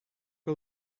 que